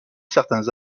certains